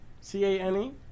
C-A-N-E